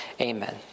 Amen